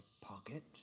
pocket